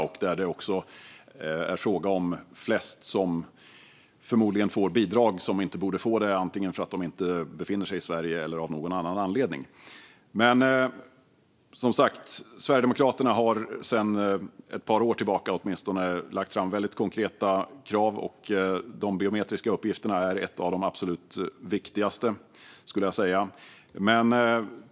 Där är det förmodligen också fråga om flest som får bidrag som inte borde få det - antingen för att de inte befinner sig i Sverige eller av någon annan anledning. Men, som sagt, Sverigedemokraterna har åtminstone sedan ett par år tillbaka lagt fram väldigt konkreta krav. Det som gäller de biometriska uppgifterna är ett av de absolut viktigaste, skulle jag säga.